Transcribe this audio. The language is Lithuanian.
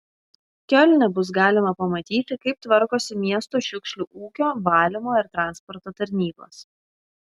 kiolne bus galima pamatyti kaip tvarkosi miesto šiukšlių ūkio valymo ir transporto tarnybos